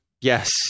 Yes